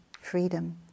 freedom